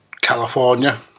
california